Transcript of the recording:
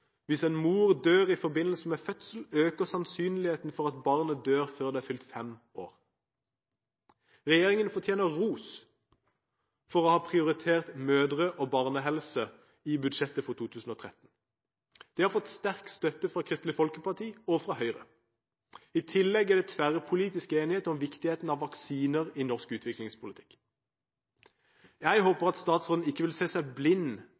Hvis en mor dør i forbindelse med fødsel, øker sannsynligheten for at barnet dør før det er fylt fem år. Regjeringen fortjener ros for å ha prioritert mødre- og barnehelse i budsjettet for 2013. Det har fått sterk støtte fra Kristelig Folkeparti og Høyre. I tillegg er det tverrpolitisk enighet om viktigheten av vaksiner i norsk utviklingspolitikk. Jeg håper at statsråden ikke vil se seg blind